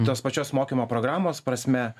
tos pačios mokymo programos prasme